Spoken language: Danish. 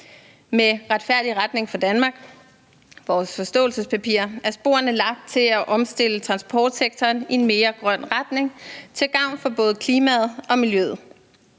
»Retfærdig retning for Danmark« er sporene lagt til at omstille transportsektoren til at gå i en mere grøn retning til gavn for både klimaet og miljøet.